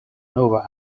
nova